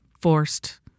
forced